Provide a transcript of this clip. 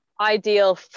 ideal